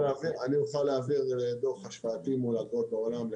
אני אוכל להעביר דוח השוואתי מול אגרות בעולם.